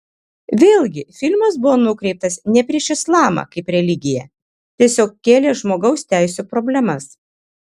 vėlgi filmas buvo nukreiptas ne prieš islamą kaip religiją tiesiog kėlė žmogaus teisių problemas